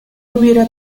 hubiera